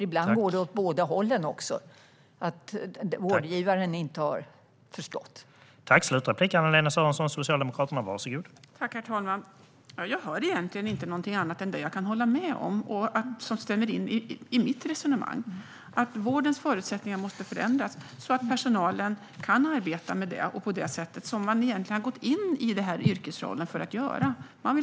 Ibland går det åt båda hållen, att vårdgivaren inte har förstått.